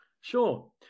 Sure